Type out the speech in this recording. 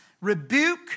rebuke